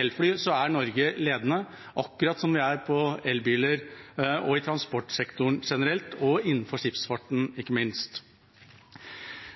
elfly, er Norge ledende, akkurat som vi er på elbiler, i transportsektoren generelt og innenfor skipsfarten ikke minst.